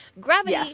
Gravity